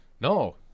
No